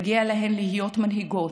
מגיע להן להיות מנהיגות,